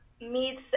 meets